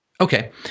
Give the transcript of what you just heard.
Okay